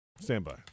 Standby